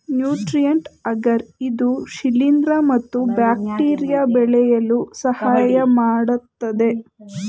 nutrient agar ಇದು ಶಿಲಿಂದ್ರ ಮತ್ತು ಬ್ಯಾಕ್ಟೀರಿಯಾ ಬೆಳೆಯಲು ಸಹಾಯಮಾಡತ್ತದೆ